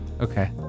okay